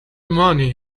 money